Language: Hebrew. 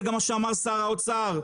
זה גם מה שאמר שר האוצר.